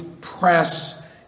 press